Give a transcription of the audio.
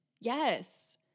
yes